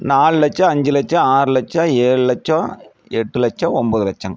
நாலு லட்சோம் அஞ்சு லட்சோம் ஆறு லட்சோம் ஏழு லட்சோம் எட்டு லட்சோம் ஒம்பது லட்சோம்